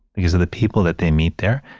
because of the people that they meet there.